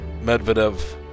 Medvedev